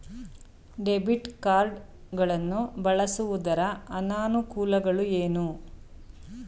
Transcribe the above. Debit card ಗಳನ್ನು ಬಳಸುವುದರ ಅನಾನುಕೂಲಗಳು ಏನು?